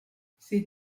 ses